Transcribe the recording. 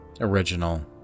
original